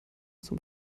zum